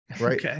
Right